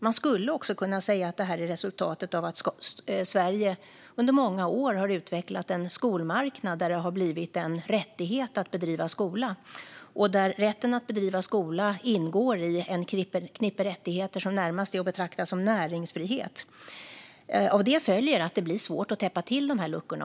Man skulle också kunna säga att det är resultatet av att Sverige under många år har utvecklat en skolmarknad, där det har blivit en rättighet att driva skola och där rätten att driva skola ingår i ett knippe rättigheter som närmast är att betrakta som näringsfrihet. Av det följer att det blir svårt att täppa till de här luckorna.